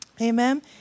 Amen